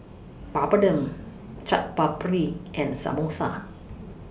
Papadum Chaat Papri and Samosa